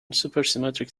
supersymmetric